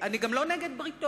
אני גם לא נגד בריתות,